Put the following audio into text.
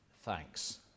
Thanks